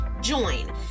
Join